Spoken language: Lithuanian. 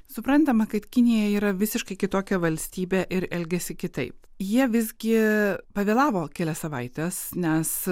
suprantama kad kinija yra visiškai kitokia valstybė ir elgiasi kitaip jie visgi pavėlavo kelias savaites nes